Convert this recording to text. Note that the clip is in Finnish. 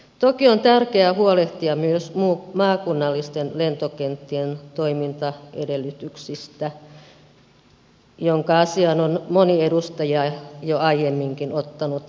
toki on tärkeää huolehtia myös maakunnallisten lentokenttien toimintaedellytyksistä minkä asian on moni edustaja jo aiemminkin ottanut esiin